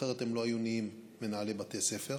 אחרת הם לא היו נהיים מנהלי בתי ספר.